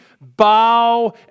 bow